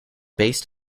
based